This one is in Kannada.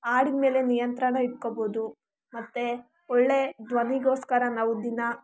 ಹಾಡಿನ ಮೇಲೆ ನಿಯಂತ್ರಣ ಇಟ್ಕೋಬಹುದು ಮತ್ತೆ ಒಳ್ಳೆಯ ಧ್ವನಿಗೋಸ್ಕರ ನಾವು ದಿನಾ